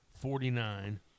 Forty-nine